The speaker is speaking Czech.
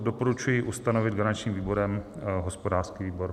Doporučuji ustanovit garančním výborem hospodářský výbor.